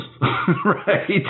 right